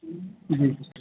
جی